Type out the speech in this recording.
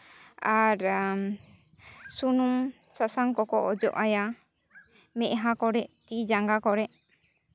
ᱟᱨ ᱥᱩᱱᱩᱢ ᱥᱟᱥᱟᱝ ᱠᱚᱠᱚ ᱚᱡᱚᱜ ᱟᱭᱟ ᱢᱮᱫᱦᱟ ᱠᱚᱨᱮᱫ ᱛᱤ ᱡᱟᱝᱜᱟ ᱠᱚᱨᱮᱫ